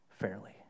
fairly